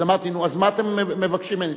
אז אמרתי: נו, אז מה אתם מבקשים ממני?